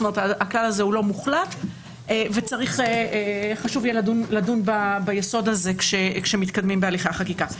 הכלל הזה לא מוחלט וחשוב יהיה לדון ביסוד הזה כשמתקדמים בהליכי החקיקה.